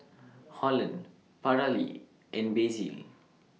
Holland Paralee and Basil